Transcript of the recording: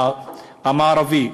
המערבי,